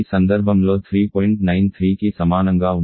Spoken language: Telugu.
93కి సమానంగా ఉంటుంది